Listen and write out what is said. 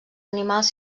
animals